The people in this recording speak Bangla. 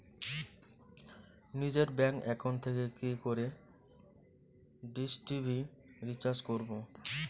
নিজের ব্যাংক একাউন্ট থেকে কি করে ডিশ টি.ভি রিচার্জ করবো?